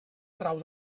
trau